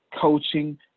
coaching